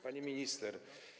Pani Minister!